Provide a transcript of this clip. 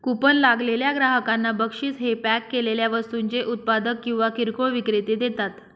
coupon लागलेल्या ग्राहकांना बक्षीस हे पॅक केलेल्या वस्तूंचे उत्पादक किंवा किरकोळ विक्रेते देतात